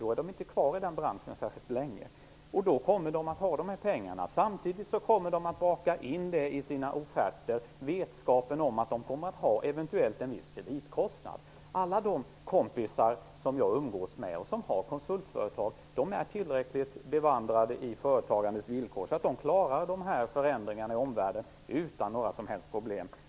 Då är de inte kvar i den branschen särskilt länge. Då kommer de att ha dessa pengar. Samtidigt kommer de att baka in vetskapen om att de eventuellt kommer att ha en viss kreditkostnad i sina offerter. Alla de kompisar som jag umgås med och som har konsultföretag är tillräckligt bevandrade i företagandets villkor. De klarar dessa förändringar i omvärlden utan några som helst problem.